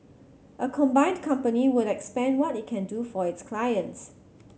a combined company would expand what it can do for its clients